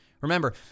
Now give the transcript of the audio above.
Remember